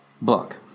book